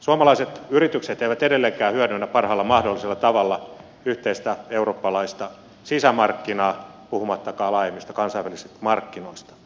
suomalaiset yritykset eivät edelleenkään hyödynnä parhaalla mahdollisella tavalla yhteistä eurooppalaista sisämarkkinaa puhumattakaan laajemmista kansainvälisistä markkinoista